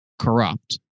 corrupt